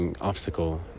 obstacle